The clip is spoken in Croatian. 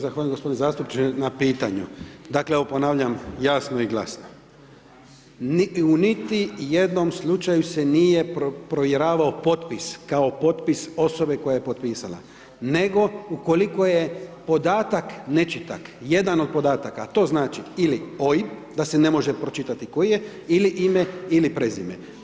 Zahvaljujem g. zastupniče na pitanju, dakle, evo ponavljam jasno i glasno, u niti jednom slučaju se nije povjeravao potpis kao potpis osobe koja je potpisala, nego ukoliko je podatak, nečitak, jedan od podataka, to znači ili OIB da se ne može pročitati koji je ili ime ili prezime.